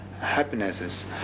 happinesses